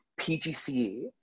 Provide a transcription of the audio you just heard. PGCE